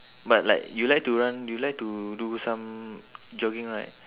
but like you like to run you like to do some jogging right